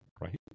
Right